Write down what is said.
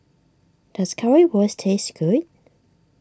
does Currywurst taste good